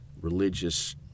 religious